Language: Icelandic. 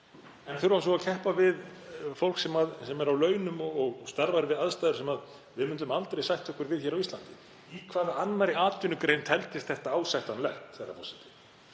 en þurfa svo að keppa við fólk sem er á launum og starfar við aðstæður sem við myndum aldrei sætta okkur við hér á Íslandi. Í hvaða annarri atvinnugrein teldist þetta ásættanlegt, herra forseti?